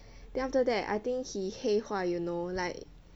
then after that I think he 黑化 you know like